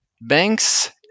Banks